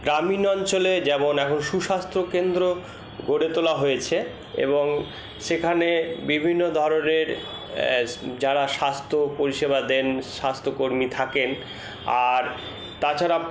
গ্রামীণ অঞ্চলে যেমন এখন সুস্বাস্থ্য কেন্দ্র গড়ে তোলা হয়েছে এবং সেখানে বিভিন্ন ধরনের এ যারা স্বাস্থ্য পরিষেবা দেন স্বাস্থ্যকর্মী থাকেন আর তাছাড়া